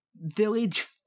village